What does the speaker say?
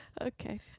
okay